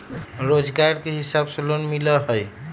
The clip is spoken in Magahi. रोजगार के हिसाब से लोन मिलहई?